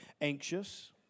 Anxious